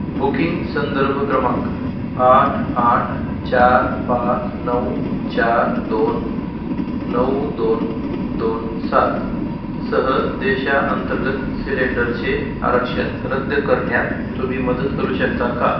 booking संदर्भ क्रमांक आठ आठ चार पाच नऊ चार दोन नऊ दोन दोन सात सह देशांतर्गत सिलेंडरचे आरक्षण रद्द करण्यात तुम्ही मदत करू शकता का